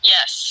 Yes